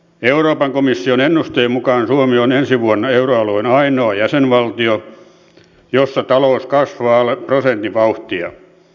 euroopan komission ennusteen mukaan suomi on ensi vuonna euroalueen ainoa jäsenvaltio jossa talous kasvaa alle prosentin vauhtia